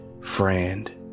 friend